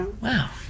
Wow